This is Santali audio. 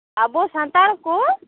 ᱟᱵᱚ ᱥᱟᱱᱛᱟᱲ ᱠᱚ